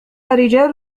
رجال